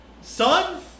son